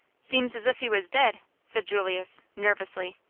seems as if he was dead, said julius, nervously.